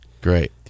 Great